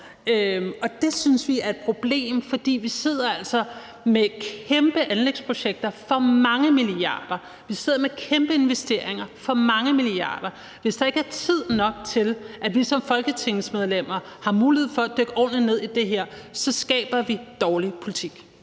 Det synes vi er et problem, for vi sidder altså med kæmpe anlægsprojekter for mange milliarder, vi sidder med kæmpe investeringer for mange milliarder. Hvis der ikke er tid nok til, at vi som folketingsmedlemmer har mulighed for at dykke ordentligt ned i det her, skaber vi dårlig politik.